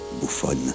bouffonne